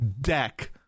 Deck